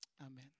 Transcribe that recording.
Amen